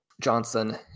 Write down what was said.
Johnson